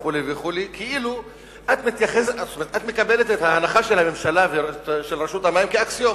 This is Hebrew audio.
וכו' וכו' כאילו את מקבלת את ההנחה של הממשלה ושל רשות המים כאקסיומה.